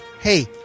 hey